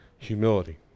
Humility